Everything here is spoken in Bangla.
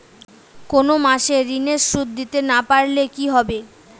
কোন মাস এ ঋণের সুধ দিতে না পারলে কি হবে?